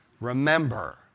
Remember